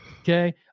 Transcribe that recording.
Okay